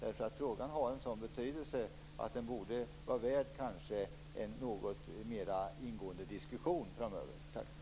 Frågan har nämligen en sådan betydelse att den borde vara värd en något mera ingående diskussion framöver. Tack!